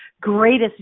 greatest